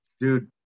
Dude